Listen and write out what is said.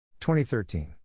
2013